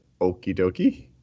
okie-dokie